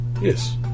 Yes